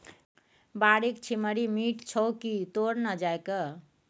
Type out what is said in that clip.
बाड़ीक छिम्मड़ि मीठ छौ की तोड़ न जायके